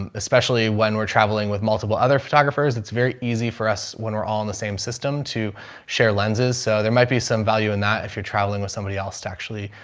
um especially when we're traveling with multiple other photographers, it's very easy for us when we're all on the same system to share lenses. so there might be some value in that if you're traveling with somebody else to actually,